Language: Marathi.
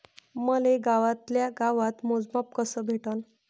मले गावातल्या गावात मोजमाप कस भेटन?